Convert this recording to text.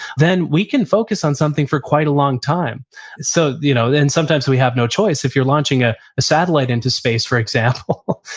then we can focus on something for quite a long time so you know sometimes we have no choice. if you're launching ah a satellite into space, for example,